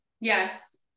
Yes